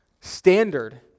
standard